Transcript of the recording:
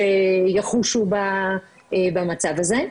שיחושו במצב הזה.